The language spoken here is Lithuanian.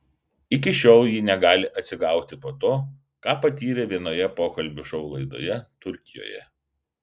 iki šiol ji negali atsigauti po to ką patyrė vienoje pokalbių šou laidoje turkijoje